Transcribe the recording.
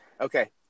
Okay